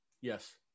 Yes